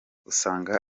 usanga